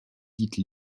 tite